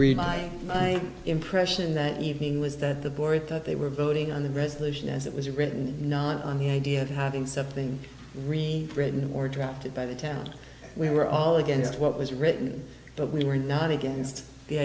read my impression that evening was that the board thought they were voting on the resolution as it was written not on the idea of having something written or drafted by the town we were all against what was written but we were not against the